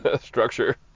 structure